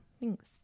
Thanks